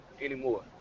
anymore